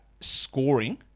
scoring